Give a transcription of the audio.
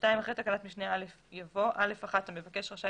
אחרי תקנת משנה (א) יבוא: "(א1)המבקש רשאי